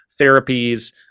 therapies